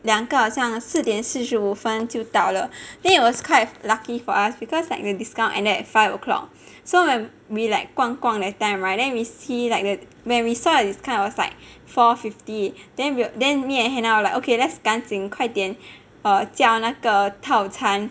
两个好像四点四十五分就到了 then it was quite lucky for us because like the discount ended at five o'clock so like we like 逛逛 that time [right] then we see like the when we saw the discount it was like four fifty then we were then me and hannah were like okay let's 赶紧快点 err 叫那个套餐